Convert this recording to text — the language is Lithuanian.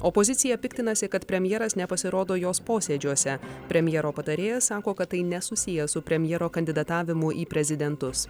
opozicija piktinasi kad premjeras nepasirodo jos posėdžiuose premjero patarėjas sako kad tai nesusiję su premjero kandidatavimu į prezidentus